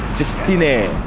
just thin air